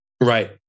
Right